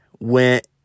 went